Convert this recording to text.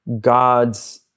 God's